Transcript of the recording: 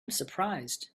surprised